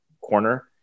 corner